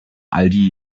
aldi